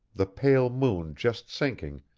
the pale moon just sinking,